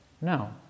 No